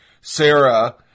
Sarah